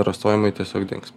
rasojimai tiesiog dings